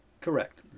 Correct